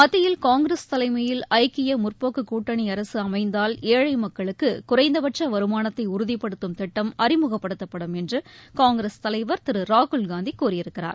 மத்தியில் காங்கிரஸ் தலைமையில் ஐக்கிய முற்போக்கு கூட்டணி அரசு அமைந்தால் ஏழை மக்களுக்கு குறைந்தபட்ச வருமானத்தை உறுதிப்படுத்தும் திட்டம் அறிமுகப்படுத்தப்படும் என்று காங்கிரஸ் தலைவர் திரு ராகுல்காந்தி கூறியிருக்கிறார்